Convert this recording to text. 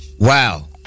Wow